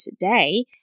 today